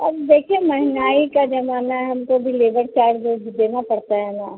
अब देखिए महँगाई का ज़माना है हमको भी लेबर चार्ज ओर्ज देना पड़ता है ना